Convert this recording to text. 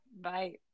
Bye